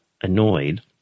annoyed